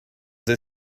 they